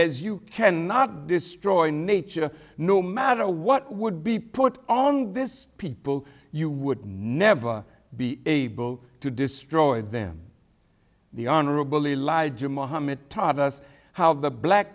as you cannot destroy nature no matter what would be put on this people you would never be able to destroy them the honorable elijah mohammed tod us how the black